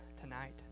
tonight